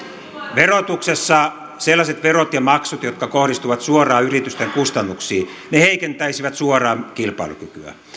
verotuksessa sellaiset verot ja maksut jotka kohdistuvat suoraan yritysten kustannuksiin heikentäisivät suoraan kilpailukykyä